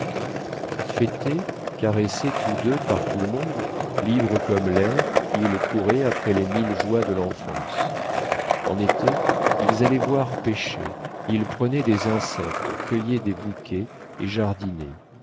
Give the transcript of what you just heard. fêtés caressés tous deux par tout le monde libres comme l'air ils couraient après les mille joies de l'enfance en été ils allaient voir pêcher ils prenaient des insectes cueillaient des bouquets et jardinaient